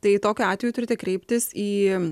tai tokiu atveju turite kreiptis į